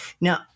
Now